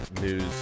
news